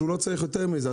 לא צריך יותר מזה.